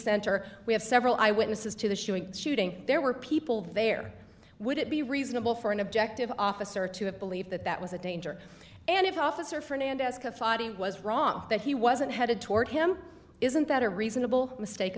center we have several eyewitnesses to the shooing shooting there were people there would it be reasonable for an objective officer to have believed that that was a danger and if the officer fernandez was wrong that he wasn't headed toward him isn't that a reasonable mistake